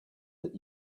that